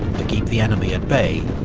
to keep the enemy at bay,